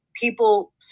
people